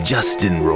Justin